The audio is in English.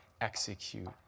execute